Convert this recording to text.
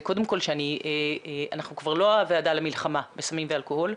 זה קודם כל שאנחנו כבר לא הוועדה למלחמה בסמים ואלכוהול,